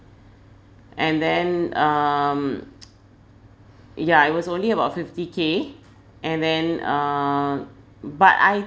and then um ya it was only about fifty k and then uh but I